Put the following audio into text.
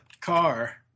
car